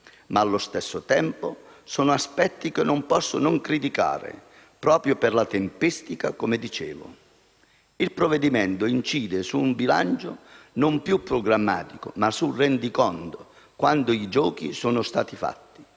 Ma, allo stesso tempo, sono aspetti che non posso non criticare proprio per la tempistica, come dicevo. Il provvedimento incide su un bilancio non più programmatico ma sul rendiconto, quando ormai i giochi sono stati fatti.